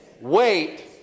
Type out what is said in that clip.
wait